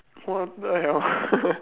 what the hell